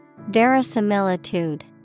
Verisimilitude